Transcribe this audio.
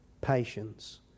patience